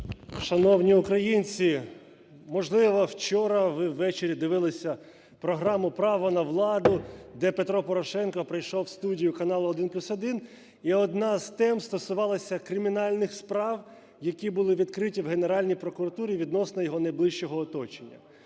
Шановні українці, можливо, вчора ви ввечері дивилися програму "Право на владу", де Петро Порошенко прийшов в студію каналу "1+1", і одна з тем стосувалася кримінальних справ, які були відкриті в Генеральній прокуратурі відносно його найближчого оточення.